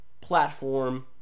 platform